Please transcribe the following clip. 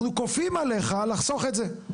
אנחנו כופים עליך לחסוך את זה.